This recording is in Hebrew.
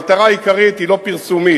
המטרה העיקרית היא לא פרסומית,